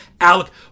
Alec